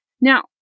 Now